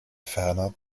ferner